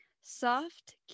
soft